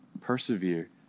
Persevere